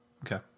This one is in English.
okay